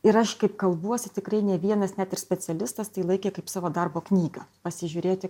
ir aš kaip kalbuosi tikrai ne vienas net ir specialistas tai laikė kaip savo darbo knygą pasižiūrėti